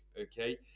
okay